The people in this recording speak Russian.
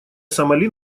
сомали